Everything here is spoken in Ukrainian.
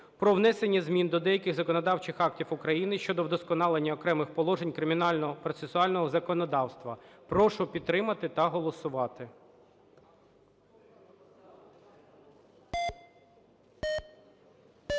про внесення змін до деяких законодавчих актів України щодо вдосконалення окремих положень кримінального процесуального законодавства. Прошу підтримати та голосувати.